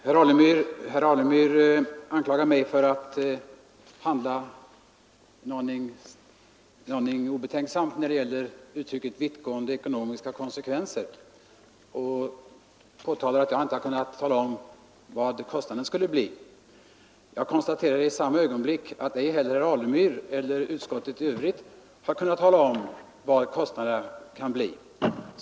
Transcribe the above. Herr talman! Herr Alemyr anklagar mig för att vara en aning obetänksam när det gäller de vittgående ekonomiska konsekvenserna, och han påtalar att jag inte har kunnat tala om vad kostnaden skulle bli. Jag konstaterar att inte heller herr Alemyr eller utskottet har kunnat tala om vad kostnaderna kan bli.